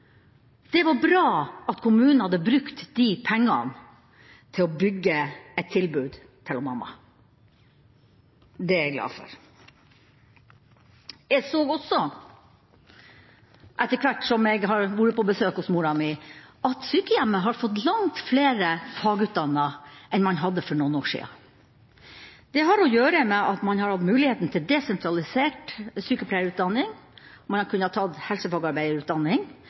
Det var bra at kommunen hadde brukt de pengene til å bygge et tilbud til mamma. Det er jeg glad for. Jeg har også, etter hvert som jeg har vært på besøk hos mora mi, sett at sykehjemmet har fått langt flere fagutdannede enn man hadde for noen år siden. Det har å gjøre med at man har hatt muligheten til desentralisert sykepleierutdanning, og man har kunnet ta helsefagarbeiderutdanning.